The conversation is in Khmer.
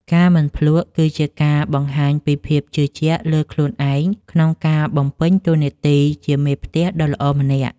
ការមិនភ្លក្ស គឺជាការបង្ហាញពីភាពជឿជាក់លើខ្លួនឯងក្នុងការបំពេញតួនាទីជាមេផ្ទះដ៏ល្អម្នាក់។